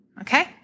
okay